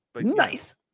Nice